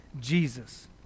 Jesus